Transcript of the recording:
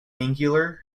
angular